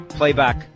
playback